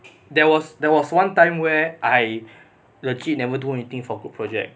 there was there was one time where I legit never do anything for group project